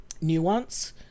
nuance